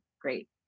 great